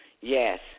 yes